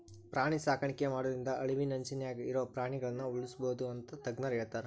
ಪ್ರಾಣಿ ಸಾಕಾಣಿಕೆ ಮಾಡೋದ್ರಿಂದ ಅಳಿವಿನಂಚಿನ್ಯಾಗ ಇರೋ ಪ್ರಾಣಿಗಳನ್ನ ಉಳ್ಸ್ಬೋದು ಅಂತ ತಜ್ಞರ ಹೇಳ್ತಾರ